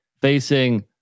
facing